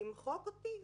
למחוק אותי?